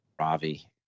Ravi